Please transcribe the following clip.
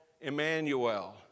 Emmanuel